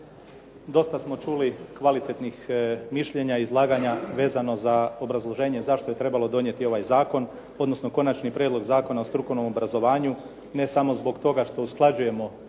Dosta smo čuli kvalitetnih mišljenja, izlaganja vezano za obrazloženje zašto je trebalo donijeto ovaj zakon, odnosno Konačni prijedlog zakona o strukovnom obrazovanju, ne samo zbog toga što usklađujemo